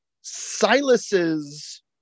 Silas's